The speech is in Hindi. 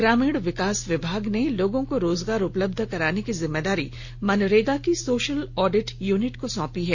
ग्रामीण विकास विभाग ने लोगों को रोजगार उपलब्ध कराने की जिम्मेदारी मनरेगा की सोशल ऑडिट यूनिट को सौंपी है